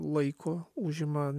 laiko užima